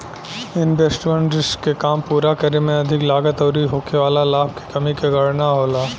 investment risk के काम पूरा करे में अधिक लागत अउरी होखे वाला लाभ के कमी के गणना होला